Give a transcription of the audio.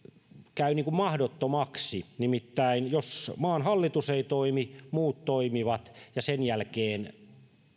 käy mahdottomaksi nimittäin jos maan hallitus ei toimi muut toimivat ja sen jälkeen